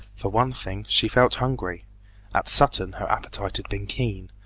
for one thing, she felt hungry at sutton her appetite had been keen,